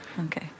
Okay